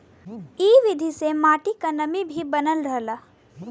इ विधि से मट्टी क नमी भी बनल रहला